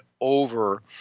over